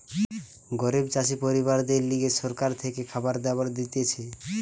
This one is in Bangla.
গরিব চাষি পরিবারদের লিগে সরকার থেকে খাবার দাবার দিতেছে